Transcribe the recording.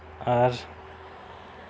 ᱟᱨ